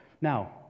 Now